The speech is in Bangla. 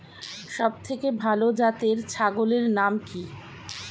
সবথেকে ভালো জাতের ছাগলের নাম কি?